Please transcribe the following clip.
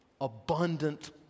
abundant